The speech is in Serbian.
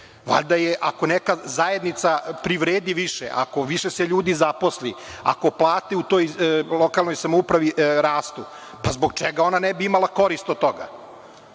imate više? Ako neka zajednica privredi više, ako se više ljudi zaposli, ako plate u toj lokalnoj samoupravi rastu, zbog čega ona ne bi imala korist od